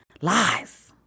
Lies